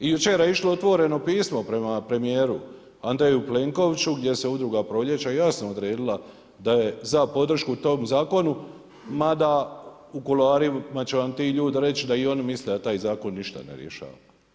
Jučer je išlo otvoreno pismo prema premijeru Andreju Plenkovića gdje se Udruga Proljeća jasno odredila da je za podršku tom zakonu, mada u kuloarima će vam ti ljudi reći da i oni misle da taj zakon ništa ne rješava.